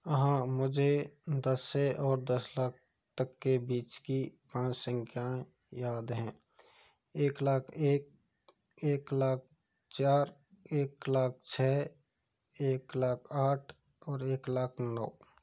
हाँ मुझे दस से और दस लाख तक के बीच की पाँच संख्याएँ याद हैं एक लाख एक एक लाख चार एक लाख छः एक लाख आठ और एक लाख नौ